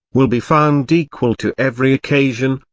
will be found equal to every occasion,